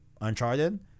uncharted